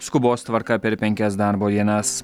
skubos tvarka per penkias darbo dienas